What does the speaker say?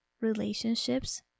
relationships